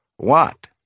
What